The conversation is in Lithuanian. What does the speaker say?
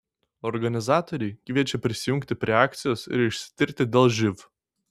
organizatoriai kviečia prisijungti prie akcijos ir išsitirti dėl živ